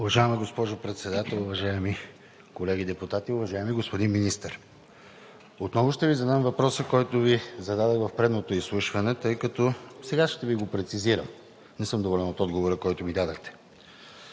Уважаема госпожо Председател, уважаеми колеги депутати! Уважаеми господин Министър, отново ще Ви задам въпроса, който Ви зададох в предното изслушване, тъй като сега ще Ви го прецизирам. Не съм доволен от отговора, който ми дадохте.